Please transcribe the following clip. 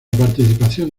participación